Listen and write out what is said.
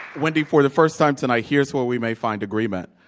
wendy, for the first time tonight here's where we may find agreement.